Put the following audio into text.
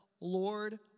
Lord